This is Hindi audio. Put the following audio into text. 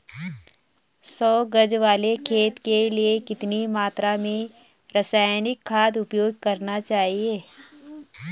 सौ गज वाले खेत के लिए कितनी मात्रा में रासायनिक खाद उपयोग करना चाहिए?